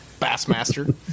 Bassmaster